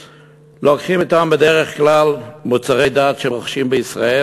לוקחים אתם בדרך כלל מוצרי דת שהם רוכשים בישראל,